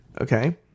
Okay